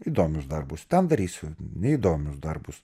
įdomius darbus ten darysiu neįdomius darbus